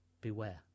beware